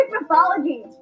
mythology